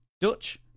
Dutch